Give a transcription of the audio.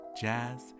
jazz